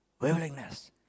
Willingness